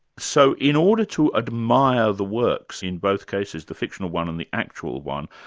so in order to admire the works in both cases, the fictional one and the actual one,